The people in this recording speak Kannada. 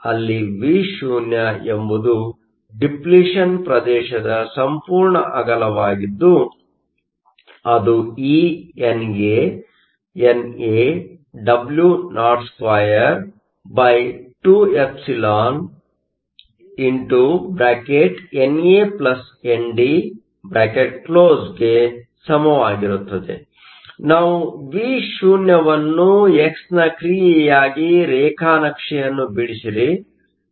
ಅಲ್ಲಿ Vo ಎಂಬುದು ಡಿಪ್ಲಿಷನ್Depletion ಪ್ರದೇಶದ ಸಂಪೂರ್ಣ ಅಗಲವಾಗಿದ್ದು ಅದು eNANAW022εNANDಗೆ ಸಮವಾಗಿರುತ್ತದೆ ನಾವು Vo ಅನ್ನು x ನ ಕ್ರಿಯೆಯಾಗಿ ರೇಖಾನಕ್ಷೆಯನ್ನು ಬಿಡಿಸಿರಿ